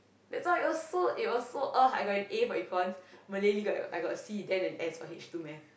that's why it was so it was so ugh I got an A for econs Malay-Lit I got C then S for H two math